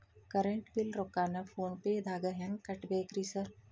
Current bill ರೊಕ್ಕಾನ phone ಪೇದಾಗ ಹೆಂಗ್ ಕಟ್ಟಬೇಕ್ರಿ ಸರ್?